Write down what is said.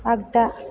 आगदा